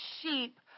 sheep